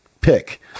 pick